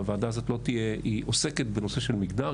הוועדה הזאת עוסקת בנושא של מגדר,